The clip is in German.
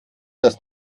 das